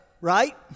right